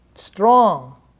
Strong